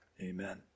Amen